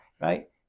Right